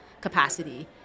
capacity